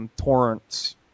torrents